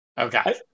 Okay